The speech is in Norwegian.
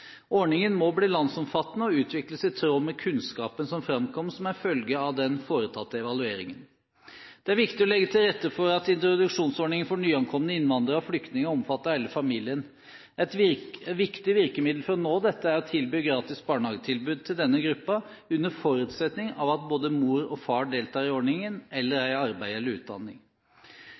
Ordningen må bli landsomfattende og utvikles i tråd med kunnskapen som framkom som en følge av den foretatte evalueringen. Det er viktig å legge til rette for at introduksjonsordningen for nyankomne innvandrere og flyktninger omfatter hele familien. Et viktig virkemiddel for å nå dette er å tilby gratis barnehagetilbud til denne gruppen, under forutsetning av at både mor og far deltar i ordningen eller er i arbeid eller utdanning.